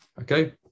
Okay